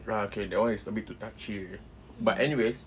ya okay that one is a bit too touchy already but anyways